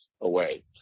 Away